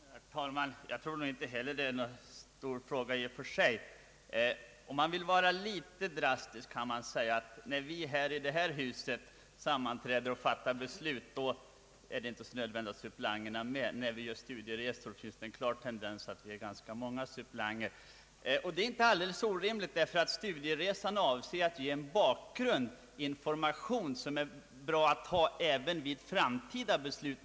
Herr talman! Jag tror inte heller att det är någon stor meningsskillnad i och för sig. Om man vill vara litet drastisk kan man säga att när vi i det här huset sammanträder och fattar beslut är det inte så nödvändigt att suppleanterna är med, men när vi gör studieresor finns det en klar tendens till att ganska många suppleanter får följa med. Det är inte alldeles orimligt, ty studieresan ger en bakgrund, en information som är bra att ha i framtiden när det gäller att fatta beslut.